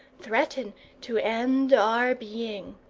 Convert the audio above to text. threaten to end our being.